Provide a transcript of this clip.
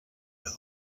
peu